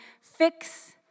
fix